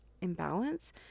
imbalance